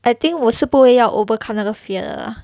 I think 我是不会要 overcome 那个 fear 的 lah